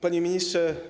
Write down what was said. Panie Ministrze!